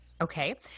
Okay